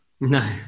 No